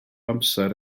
amser